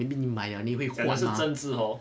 你讲的是真字 hor